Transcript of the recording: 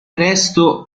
presto